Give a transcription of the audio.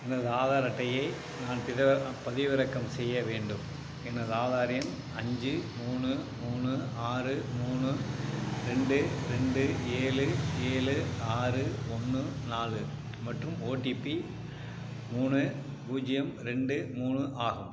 எனது ஆதார் அட்டையை நான் பிற பதிவிறக்கம் செய்ய வேண்டும் எனது ஆதார் எண் அஞ்சு மூணு மூணு ஆறு மூணு ரெண்டு ரெண்டு ஏழு ஏழு ஆறு ஒன்று நாலு மற்றும் ஓடிபி மூணு பூஜ்ஜியம் ரெண்டு மூணு ஆகும்